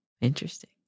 Interesting